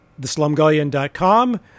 theslumgullion.com